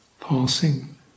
passing